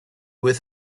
with